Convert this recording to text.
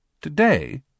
Today